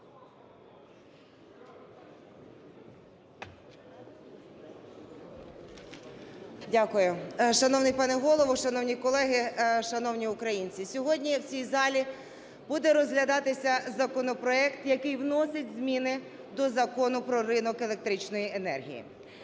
Дякую. Шановний пане Голово! Шановні колеги! Шановні українці! Сьогодні в цій залі буде розглядатися законопроект, який вносить зміни до Закону "Про ринок електричної енергії".